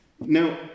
Now